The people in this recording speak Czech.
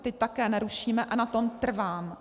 Ty také nerušíme a na tom trvám.